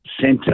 center